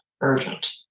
urgent